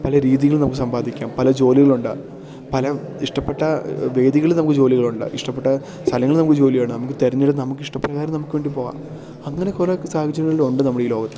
പല രീതികളിൽ നമുക്ക് സമ്പാദിക്കാം പല ജോലികളുണ്ട് പല ഇഷ്ടപ്പെട്ട വേദികൾ നമുക്ക് ജോലികളുണ്ട് ഇഷ്ടപ്പെട്ട സ്ഥലങ്ങൾ നമുക്ക് ജോലിയാണ് നമുക്ക് തിരഞ്ഞെടുത്ത് നമുക്ക് ഇഷ്ടപ്രകാരം നമുക്കുവേണ്ടി പോകാം അങ്ങനെ കുറേ സാഹചര്യങ്ങൾ ഉണ്ട് നമ്മുടെ ഈ ലോകത്ത്